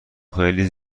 خیلی